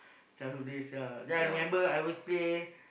childhood days yeah then I remember I always play